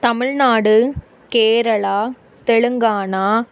Tamil Nadu Kerala Telangana